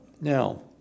Now